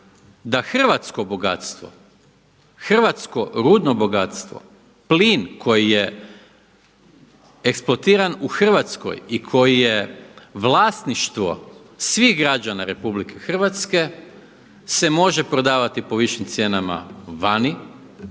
da hrvatsko bogatstvo, hrvatsko rudno bogatstvo, plin koji je eksploatiran u Hrvatskoj i koji je vlasništvo svih građana RH se može prodavati po višim cijenama vani,